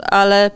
ale